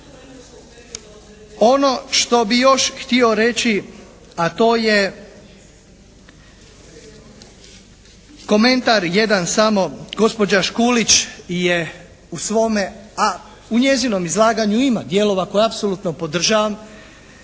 Ono što bi još htio reći a to je komentar jedan samo. Gospođa Škulić je u svome a u njezinom izlaganju ima dijelova koje apsolutno podržavam